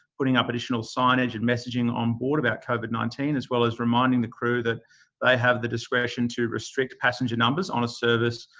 putting up additional signage and messaging on board about covid nineteen, as well as reminding the crew that they have the discretion to restrict passenger numbers on a service,